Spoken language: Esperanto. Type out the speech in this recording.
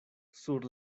sur